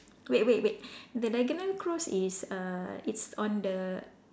wait wait wait the diagonal cross is err it's on the